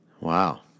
Wow